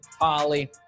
Holly